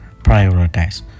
prioritize